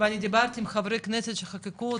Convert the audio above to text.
ואני דיברתי עם חה"כ שחוקקו אותו,